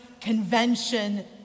convention